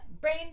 brain